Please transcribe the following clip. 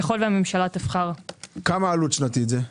ככל שהממשלה תבחר --- כמה עלות שנתית זה?